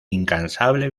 incansable